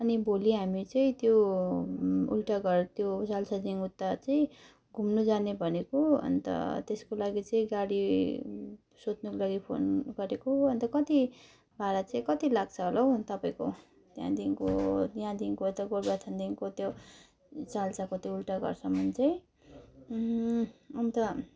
अनि भोलि हामी चाहिँ त्यो उल्टाघर त्यो साल्सादेखिन् उता चाहिँ घुम्नु जाने भनेको अनि त त्यसको लागि चाहिँ गाडी सोध्नुको लागि फोन गरेको अनि त कति भारा चाहिँ कति लाग्छ होला हो तपाईँको त्यहाँदेखिन्को त्यहाँदेखिन्को यता गोरुबथानदेखिन्को त्यो साल्साको त्यो उल्टाघरसम्म चाहिँ अनि त